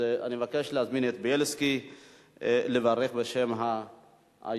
אני מבקש להזמין את בילסקי לברך בשם היוזם,